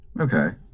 Okay